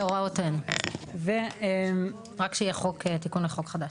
בהוראות אין, רק כשיהיה תיקון החוק חדש.